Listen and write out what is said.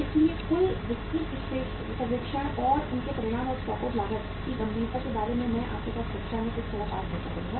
इसलिए कुल विस्तृत सर्वेक्षण और उनके परिणाम और स्टॉक आउट लागत की गंभीरता के बारे में मैं आपके साथ कक्षा में कुछ समय बाद चर्चा करूंगा